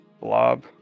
blob